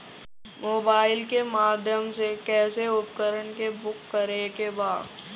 Mobile के माध्यम से कैसे उपकरण के बुक करेके बा?